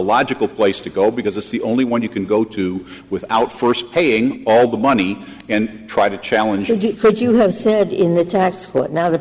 logical place to go because it's the only one you can go to without first paying all the money and try to challenge could you have